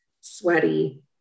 sweaty